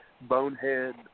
bonehead